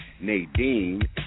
Nadine